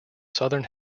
southern